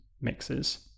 mixes